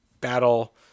battle